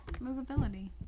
movability